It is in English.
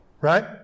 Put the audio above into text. Right